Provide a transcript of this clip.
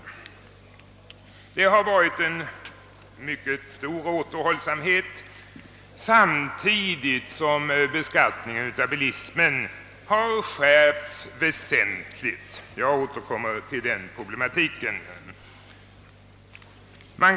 Regeringen har visat stor återhållsamhet i anslagspolitiken samtidigt som beskattningen av bilismen har skärpts väsentligt — jag återkommer senare till den problematiken.